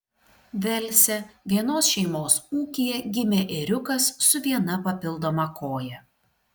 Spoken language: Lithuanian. velse vienos šeimos ūkyje gimė ėriukas su viena papildoma koja